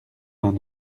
vingt